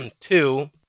two